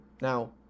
now